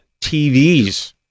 TVs